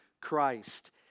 Christ